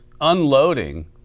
unloading